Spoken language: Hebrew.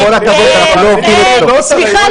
לא, לא, סליחה.